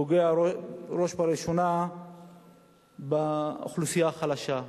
פוגע בראש ובראשונה באוכלוסייה החלשה,